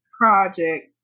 project